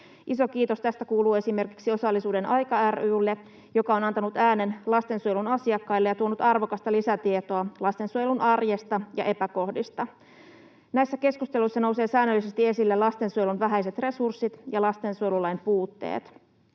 Iso kiitos tästä kuuluu esimerkiksi Osallisuuden aika ry:lle, joka on antanut äänen lastensuojelun asiakkaille ja tuonut arvokasta lisätietoa lastensuojelun arjesta ja epäkohdista. Näissä keskusteluissa nousee säännöllisesti esille lastensuojelun vähäiset resurssit ja lastensuojelulain puutteet,